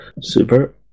Super